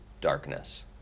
darkness